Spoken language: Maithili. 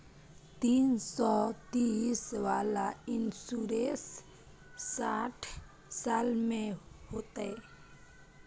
तीन सौ तीस वाला इन्सुरेंस साठ साल में होतै?